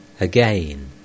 again